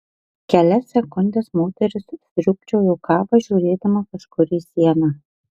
kelias sekundes moteris sriūbčiojo kavą žiūrėdama kažkur į sieną